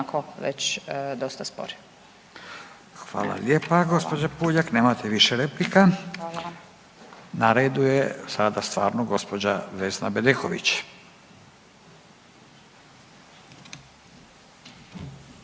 Hvala lijepa gđo. Puljak, nemate više replika. Na redu je sada stvarno gđa. Vesna Bedeković,